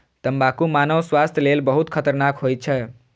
तंबाकू मानव स्वास्थ्य लेल बहुत खतरनाक होइ छै